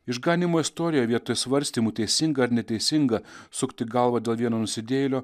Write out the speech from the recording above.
išganymo istorijoje vietoj svarstymų teisinga ar neteisinga sukti galvą dėl vieno nusidėjėlio